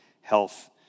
health